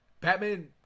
Batman